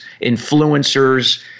influencers